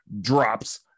drops